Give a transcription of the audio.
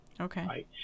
Okay